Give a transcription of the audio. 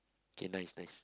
okay nice nice